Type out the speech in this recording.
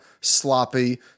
sloppy